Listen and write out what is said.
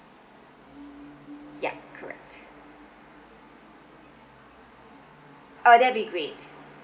yup correct uh that'll be great